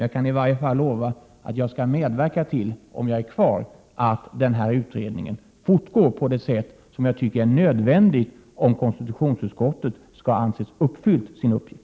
Jag kani alla fall lova att jag, om jag är kvar, skall medverka till att denna utredning fortgår på det sätt som jag tycker är nödvändigt för att konstitutionsutskottet skall anses ha fullgjort sin uppgift.